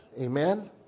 Amen